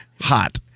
hot